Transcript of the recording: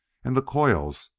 and the coils,